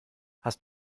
hast